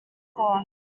gone